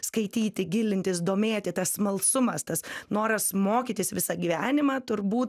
skaityti gilintis domėtis tas smalsumas tas noras mokytis visą gyvenimą turbūt